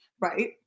Right